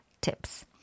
tips